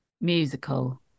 Musical